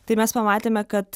tai mes pamatėme kad